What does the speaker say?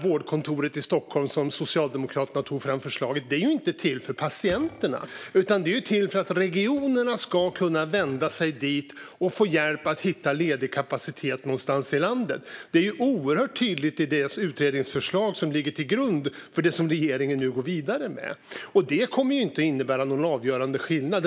Vårdkontoret i Stockholm, som Socialdemokraterna tog fram ett förslag om, är inte till för patienterna, utan det är regionerna som ska kunna vända sig dit och få hjälp att hitta ledig kapacitet någonstans i landet. Detta är oerhört tydligt i det utredningsförslag som ligger till grund för det som regeringen nu går vidare med. Det kommer inte att innebära någon avgörande skillnad.